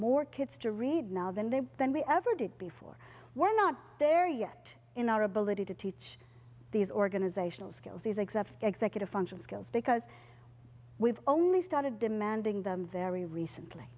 more kids to read now than they were than we ever did before we're not there yet in our ability to teach these organizational skills these exact executive function skills because we've only started demanding them very recently